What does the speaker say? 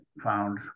found